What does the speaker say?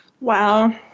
Wow